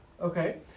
Okay